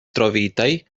trovitaj